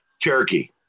Cherokee